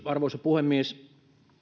arvoisa puhemies